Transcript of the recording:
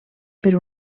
per